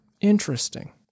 Interesting